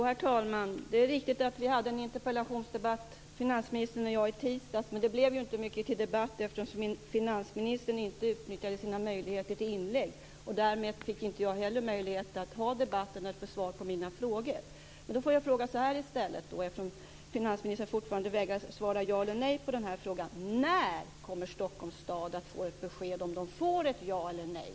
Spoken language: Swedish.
Herr talman! Det är riktigt att finansministern och jag hade en interpellationsdebatt i tisdags, men det blev inte mycket till debatt, eftersom finansministern inte utnyttjade sina möjligheter till inlägg. Därmed fick jag inte heller möjlighet att få svar på mina frågor. Jag får då fråga så här i stället, eftersom finansministern fortfarande vägrar att svara ja eller nej på den här frågan: När kommer man från Stockholms stad att få besked om man får ett ja eller ett nej?